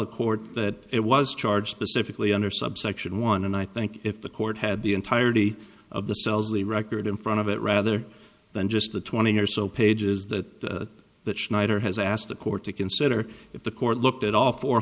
the court that it was charged pacifically under subsection one and i think if the court had the entirety of the cells the record in front of it rather than just the twenty or so pages that that schneider has asked the court to consider if the court looked at all four